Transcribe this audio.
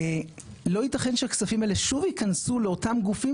לא ייתכן שהכספים האלה שוב ייכנסו לאותם גופים